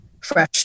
fresh